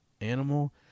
animal